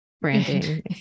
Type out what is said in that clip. branding